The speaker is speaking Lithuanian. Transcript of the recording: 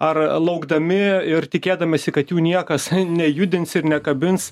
ar laukdami ir tikėdamiesi kad jų niekas nejudins ir nekabins